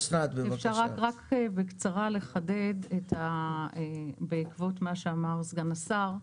אם אפשר לחדד בקצרה בעקבות מה שאמר סגן השר.